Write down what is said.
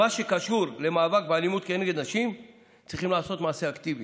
במה שקשור למאבק באלימות נגד נשים צריכים לעשות מעשה אקטיבי.